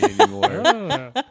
anymore